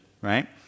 right